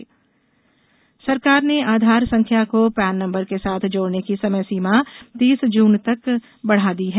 pan number सरकार ने आधार संख्या को पैन नम्बर के साथ जोड़ने की समय सीमा तीस जून तक बढ़ा दी है